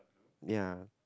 ya